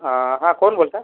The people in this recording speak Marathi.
हा कोण बोलत आहे